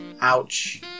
Ouch